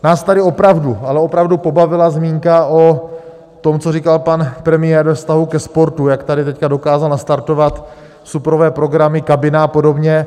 Nás tady opravdu, ale opravdu pobavila zmínka o tom, co říkal pan premiér ve vztahu ke sportu, jak tady teď dokázal nastartovat suprové programy, Kabina a podobně.